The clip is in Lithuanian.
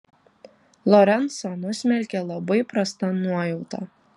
lorencą nusmelkė labai prasta nuojauta